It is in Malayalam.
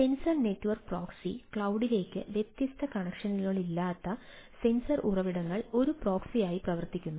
സെൻസർ നെറ്റ്വർക്ക് പ്രോക്സി ക്ലൌഡിലേക്ക് വ്യത്യസ്ത കണക്ഷനുകളില്ലാത്ത സെൻസർ ഉറവിടങ്ങൾ ഒരു പ്രോക്സി ആയി പ്രവർത്തിക്കുന്നു